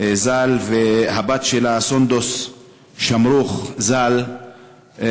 ז"ל והבת שלה סונדוס שמרוך ז"ל,